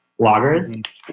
bloggers